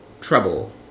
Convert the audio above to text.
trouble